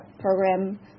program